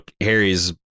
Harry's